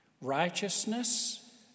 Righteousness